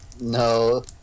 No